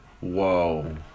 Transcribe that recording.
Whoa